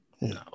No